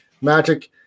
Magic